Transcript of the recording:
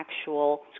actual